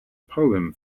poem